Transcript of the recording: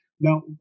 Now